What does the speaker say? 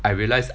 I realise